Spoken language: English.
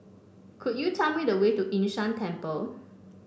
could you tell me the way to Yun Shan Temple